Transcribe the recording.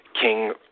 King